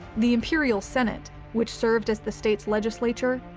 the imperial senate, which served as the state's legislature,